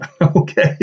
okay